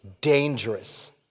dangerous